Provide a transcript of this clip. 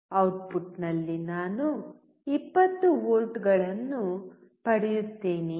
ಔಟ್ಪುಟ್ನಲ್ಲಿ ನಾನು 20 ವೋಲ್ಟ್ಗಳನ್ನು ಪಡೆಯುತ್ತೇನೆಯೇ